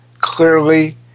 clearly